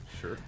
Sure